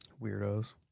weirdos